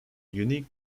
unique